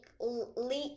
leak